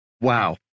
Wow